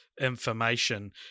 information